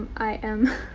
i am.